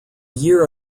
year